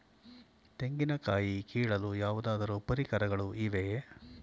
ತೆಂಗಿನ ಕಾಯಿ ಕೀಳಲು ಯಾವುದಾದರು ಪರಿಕರಗಳು ಇವೆಯೇ?